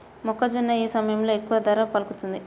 మొక్కజొన్న ఏ సమయంలో ఎక్కువ ధర పలుకుతుంది?